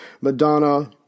Madonna